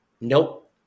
Nope